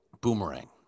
Boomerang